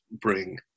bring